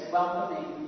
welcoming